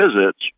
visits